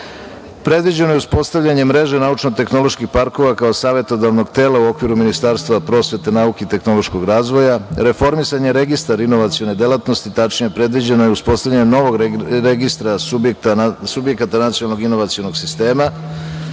inovacije. Predviđeno je uspostavljanje mreže naučno-tehnoloških parkova. kao savetodavnog tela u okviru Ministarstva prosvete, nauke i tehnološkog razvoja. Reformisanje registra inovacione delatnosti, tačnije, predviđeno je uspostavljanje novog registra subjekata nacionalnog inovacionog sistema.